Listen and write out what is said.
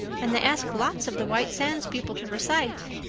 and they ask lots of the white sands people to recite.